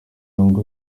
ngo